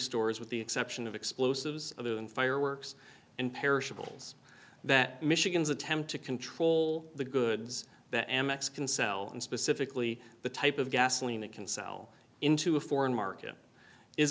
stores with the exception of explosives other than fireworks and perishables that michigan's attempt to control the goods that amex can sell and specifically the type of gasoline it can sell into a foreign market is